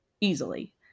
easily